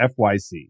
fyc